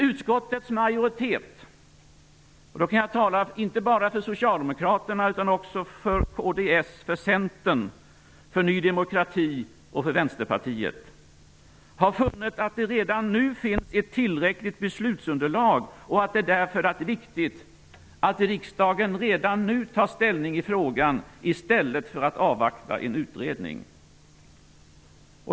Utskottets majoritet -- jag kan tala inte bara för Ny demokrati och Vänsterpartiet -- har funnit att det redan finns ett tillräckligt beslutsunderlag och att det därför är viktigt att riksdagen redan nu tar ställning i frågan i stället för att avvakta en utredning.